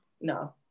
No